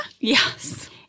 Yes